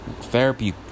therapy